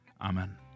Amen